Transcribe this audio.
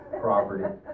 property